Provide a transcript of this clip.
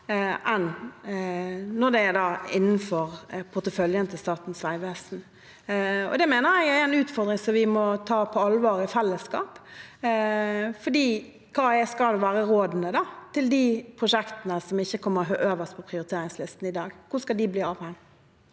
enn når det er innenfor porteføljen til Statens vegvesen. Det mener jeg er en utfordring som vi må ta på alvor i fellesskap. Hva skal være rådene for de prosjektene som ikke kommer øverst på prioriteringslisten i dag? Hvor skal de bli av?